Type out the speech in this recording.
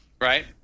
right